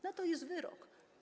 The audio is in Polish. Na to jest wyrok.